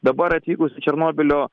dabar atvykus į černobylio